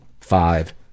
five